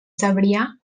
cebrià